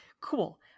cool